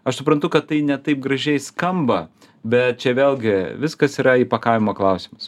aš suprantu kad tai ne taip gražiai skamba bet čia vėlgi viskas yra įpakavimo klausimas